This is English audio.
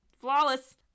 Flawless